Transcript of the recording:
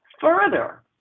Further